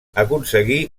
aconseguí